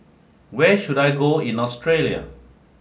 where should I go in Australia